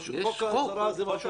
חוק ההסדרה זה משהו אחר.